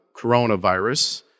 coronavirus